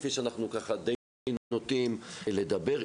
כפי שאנחנו די נוטים לדבר,